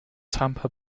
tampa